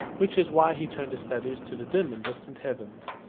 which is why he turned his studies to the dim and distant heavens.